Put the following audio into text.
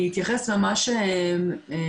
אני אתייחס ממש בקצרה,